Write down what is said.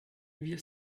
wir